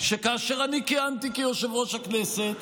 שכאשר אני כיהנתי כיושב-ראש הכנסת